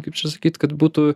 kaip čia sakyt kad būtų